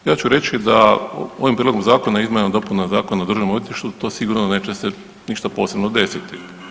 Ja ću reći da ovim Prijedlogom zakona o izmjenama i dopunama Zakona o Državnom odvjetništvu to sigurno neće se ništa posebno desiti.